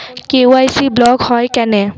KYC block হয় কেনে?